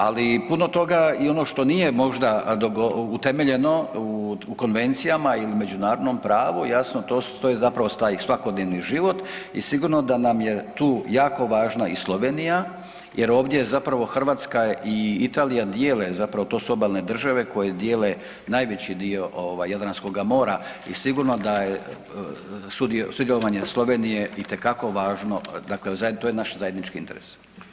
Ali puno toga i ono što nije možda utemeljeno u konvencijama i međunarodnom pravom jasno to je taj svakodnevni život i sigurno da nam je tu jako važna i Slovenija jer ovdje Hrvatska i Italija dijele, to su obalne države koje dijele najveći dio Jadranskoga mora i sigurno da je sudjelovanje Slovenije itekako važno, dakle to je naš zajednički interes.